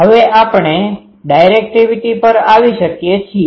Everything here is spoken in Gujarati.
હવે આપણે ડાયરેક્ટિવિટી પર આવી શકીએ છીએ